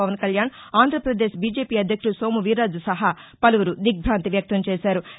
Pawan Kalyan Andhra Pradesh BJP అధ్యక్షులు సోము వీరాజు సహా పలుపురు దిగ్బాంతి వ్యక్తం చేశారు